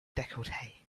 decollete